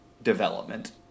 Development